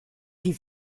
die